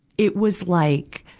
it was like,